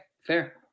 Fair